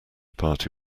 party